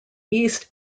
east